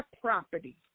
property